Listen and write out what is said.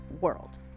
world